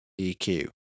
EQ